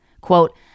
Quote